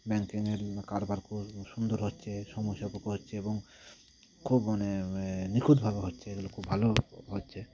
ব্যাংকিংয়ের কারবার খুব সুন্দর হচ্ছে সময় সাপেক্ষ হচ্ছে এবং খুব মানে মানে নিখুঁতভাবে হচ্ছে এগুলো খুব ভালো হচ্ছে